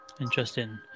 Interesting